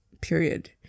period